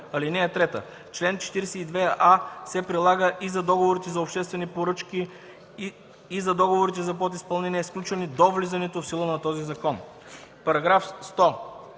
ред. (3) Член 42а се прилага и за договорите за обществени поръчки, и за договорите за подизпълнение, сключени до влизането в сила на този закон.” По § 100